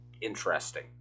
interesting